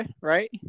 right